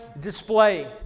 display